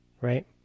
Right